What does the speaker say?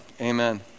amen